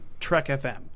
trekfm